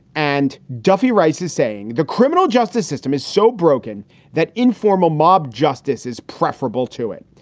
and duffy rice is saying the criminal justice system is so broken that informal mob justice is preferable to it.